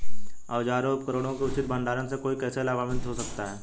औजारों और उपकरणों के उचित भंडारण से कोई कैसे लाभान्वित हो सकता है?